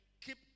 keep